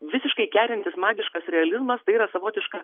visiškai kerintis magiškas realizmas tai yra savotiška